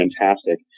fantastic